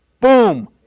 Boom